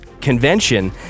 convention